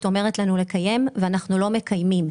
אומרת לנו לקיים ואנחנו לא מקיימים.